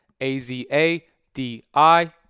A-Z-A-D-I